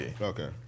Okay